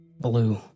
blue